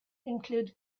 include